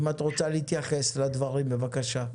בבקשה.